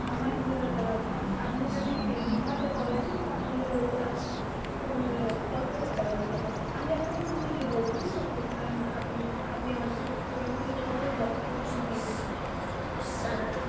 আমার আপনি যদি দীঘাতে করেন তাহলে ওটা তোমার দশ হাজার টাকার মতো লাগবে আমি আপনাকে তুমি দিয়ে বলছি ঠিক আছে কারণ আপনি আপনি আমার থেকে তুমি আমার থেকে ছোটো হও তাই তুমি দিয়ে বলছি হ্যাঁ